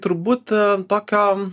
turbūt tokio